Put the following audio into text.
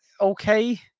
okay